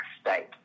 state